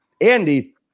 Andy